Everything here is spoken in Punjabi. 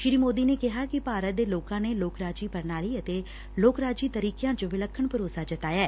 ਸ੍ਰੀ ਮੋਦੀ ਨੇ ਕਿਹਾ ਕਿ ਭਾਰਤ ਦੇ ਲੋਕਾਂ ਨੇ ਲੋਕਰਾਜੀ ਪ੍ਰਣਾਲੀ ਅਤੇ ਲੋਕ ਰਾਜੀ ਤਰੀਕਿਆਂ ਚ ਵਿਲੱਖਣ ਭਰੋਸਾ ਜਤਾਇਐ